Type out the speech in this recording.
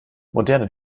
moderne